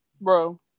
Bro